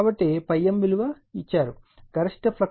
కాబట్టి ∅m విలువ ఇవ్వబడుతుంది గరిష్ట ఫ్లక్స్ సాంద్రత 1